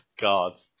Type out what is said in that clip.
God